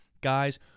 Guys